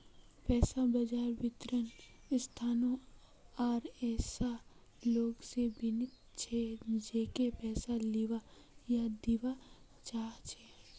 पैसा बाजार वित्तीय संस्थानों आर ऐसा लोग स बनिल छ जेको पैसा लीबा या दीबा चाह छ